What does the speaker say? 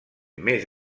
més